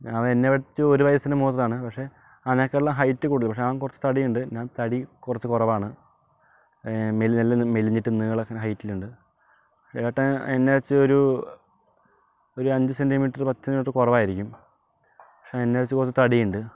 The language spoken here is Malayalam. അവൻ എന്നെ വച്ച് ഒരു വയസ്സിനു മൂത്തതാണ് പക്ഷേ അവനെക്കാട്ടിലും ഹൈറ്റ് കൂടുതലാണ് അവൻ കുറച്ച് തടിയുണ്ട് ഞാൻ തടി കുറച്ചു കുറവാണു മെലിഞ്ഞിട്ട് നീളം അങ്ങനെ ഹൈറ്റില്ലാണ്ട് ഏട്ടൻ എന്നെ വച്ച് ഒരു ഒരു അഞ്ച് സെന്റീമീറ്റർ പത്തു സെൻറ്റീമീറ്റർ കുറവായിരിക്കും പക്ഷേ എന്നെ വച്ച് കുറച്ചു തടിയുണ്ട്